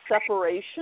separation